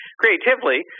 creatively